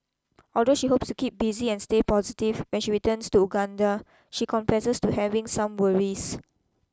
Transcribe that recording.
although she hopes to keep busy and stay positive when she returns to Uganda she confesses to having some worries